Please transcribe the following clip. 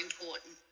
important